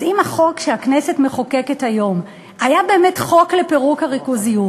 אז אם החוק שהכנסת מחוקקת היום היה באמת חוק לפירוק הריכוזיות,